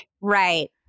right